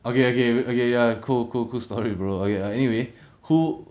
okay okay okay ya cool cool cool story bro okay lah anyway who